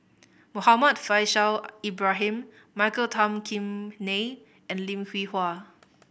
Muhammad Faishal Ibrahim Michael Tan Kim Nei and Lim Hwee Hua